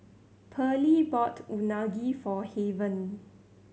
Pearly bought Unagi for Haven